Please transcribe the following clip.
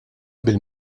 bil